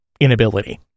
inability